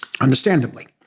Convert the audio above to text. understandably